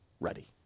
ready